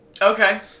Okay